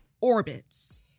orbits